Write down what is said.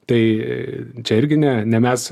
tai čia irgi ne ne mes